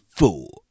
four